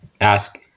Ask